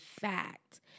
fact